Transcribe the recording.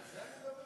על זה אני מדבר.